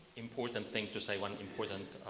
important thing to say, one important